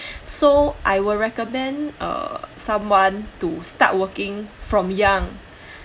so I will recommend uh someone to start working from young back to the